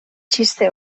txiste